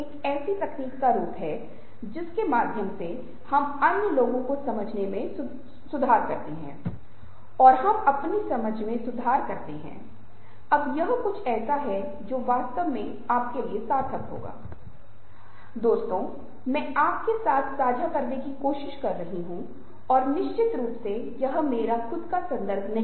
आम तौर पर इस तरह के लोग परिपूर्ण होते हैं पूर्णतावादियों का मतलब है कि वे चाहते हैं कि प्रत्येक और सब कुछ परिपूर्ण होना चाहिएवे निरपेक्षता में विश्वास करते हैं लेकिन यह कुछ बहुत व्यावहारिक नहीं है